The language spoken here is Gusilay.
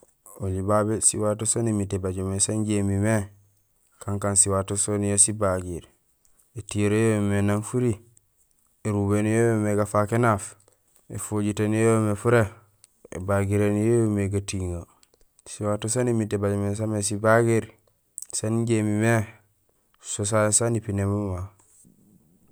Oli babé siwato saan émiit ébaaj mé san injé imimé, kankaan siwato soniyee sibagiir: étiyoree yoomé nang furi, érubahéén yo yoomé gafaak énaaf, éfojitéén yo yoomé furé, ébagiréén yo yoomé gatiiŋee. Siwato saan émiit ébaaj mé soniyee sibagiir saan injé imimé so sasu saan ipiné mama.